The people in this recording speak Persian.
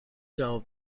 جواب